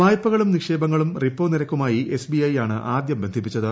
വായ്പകളും നിക്ഷേപങ്ങളും റിപ്പോ നിരക്കുമായി എസ് ബി ഐ യാണ് ആദ്യം ബന്ധിപ്പിച്ചത്